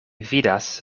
vidas